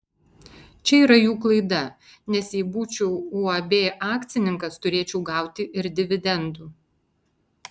čia yra jų klaida nes jei būčiau uab akcininkas turėčiau gauti ir dividendų